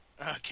Okay